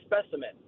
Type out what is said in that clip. specimen